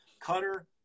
Cutter